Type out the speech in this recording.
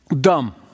dumb